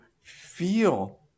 feel